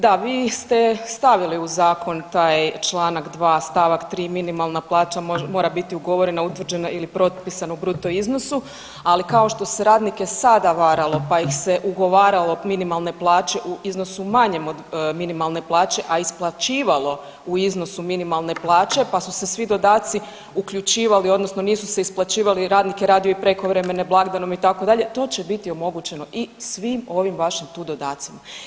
Da, vi ste stavili u zakon taj čl. 2. st. 3. minimalna plaća mora biti ugovorena, utvrđena ili propisana u bruto iznosu, ali kao što se radnike sada varalo, pa ih se ugovaralo minimalne plaće u iznosu manjem od minimalne plaće, a isplaćivalo u iznosu minimalne plaće, pa su se svi dodaci uključivali odnosno nisu se isplaćivali jer radnik je radio i prekovremene, blagdanom itd., to će biti omogućeno i svim ovim vašim tu dodacima.